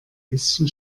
bisschen